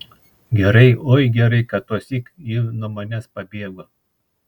gerai oi gerai kad tuosyk ji nuo manęs pabėgo